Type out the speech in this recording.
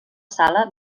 sala